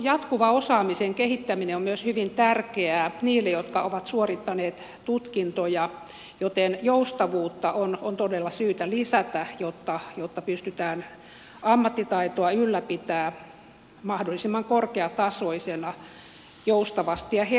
jatkuva osaamisen kehittäminen on myös hyvin tärkeää niille jotka ovat suorittaneet tutkintoja joten joustavuutta on todella syytä lisätä jotta pystytään ammattitaitoa ylläpitämään mahdollisimman korkeatasoisena joustavasti ja helposti